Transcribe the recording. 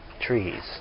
trees